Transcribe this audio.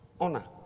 Honor